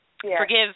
Forgive